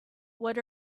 what